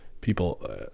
people